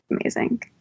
amazing